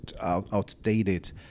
outdated